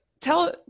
tell